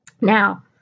Now